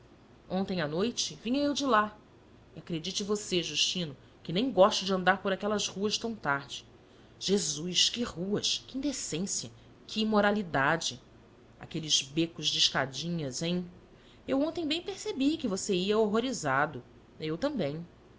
ontem à noite vinha eu de lá e acredite você justino que nem gosto de andar por aquelas ruas tão tarde jesus que ruas que indecência que imoralidade aqueles becos de escadinhas hem eu ontem bem percebi que você ia horrorizado eu também